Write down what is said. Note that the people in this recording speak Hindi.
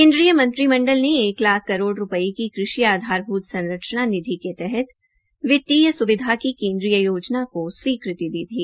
केन्द्रीय मंत्रीमंडल ने एक लाख करोड़ रूपए की कृषि आधारभूत संरचना निधि के तहत वित्तीय सुविधा की केन्द्रीय योजना को स्वीकृति दी थी